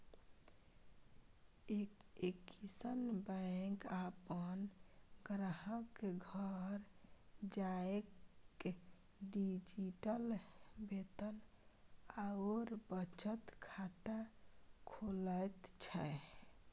axis bank अपन ग्राहकक घर जाकए डिजिटल वेतन आओर बचत खाता खोलैत छै